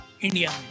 India